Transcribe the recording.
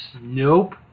Nope